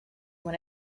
when